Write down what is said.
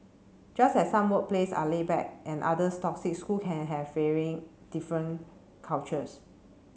just as some workplace are laid back and others toxic schools can have very different cultures